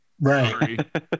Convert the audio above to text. Right